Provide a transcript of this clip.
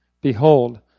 Behold